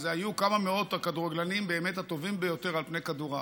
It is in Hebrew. שהיו כמה מאות הכדורגלנים באמת הטובים ביותר על פני כדור הארץ,